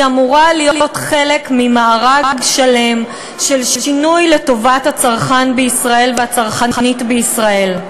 היא אמורה להיות חלק ממארג שלם של שינוי לטובת הצרכן והצרכנית בישראל.